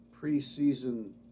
preseason